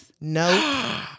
No